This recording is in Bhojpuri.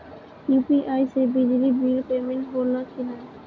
यू.पी.आई से बिजली बिल पमेन्ट होला कि न?